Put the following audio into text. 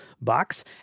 box